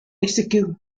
execute